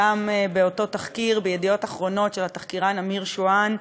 גם באותו תחקיר ב"ידיעות אחרונות" של התחקירן אמיר שואן,